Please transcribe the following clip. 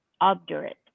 obdurate